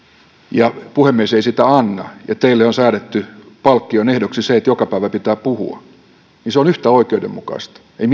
ja puhemies ei sitä anna mutta teille on säädetty palkkion ehdoksi se että joka päivä pitää puhua se on yhtä oikeudenmukaista ei